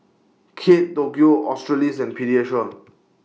Kate Tokyo Australis and Pediasure